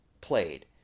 played